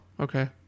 okay